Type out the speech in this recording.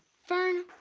fern,